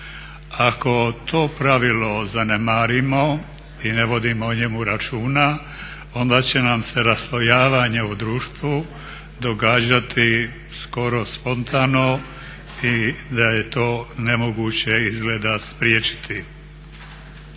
Ako to pravilo zanemarimo i ne vodimo o njemu računa onda će nam se raslojavanje u društvu događati skoro spontano i da je to nemoguće izgleda spriječiti.